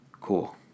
Cool